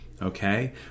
Okay